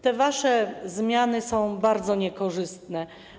Te wasze zmiany są bardzo niekorzystne.